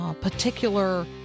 particular